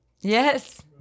Yes